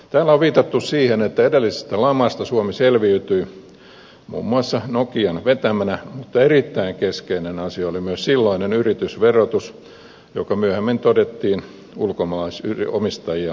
täällä on viitattu siihen että edellisestä lamasta suomi selviytyi muun muassa nokian vetämänä mutta erittäin keskeinen asia oli myös silloinen yritysverotus joka myöhemmin todettiin ulkomaalaisomistajia syrjiväksi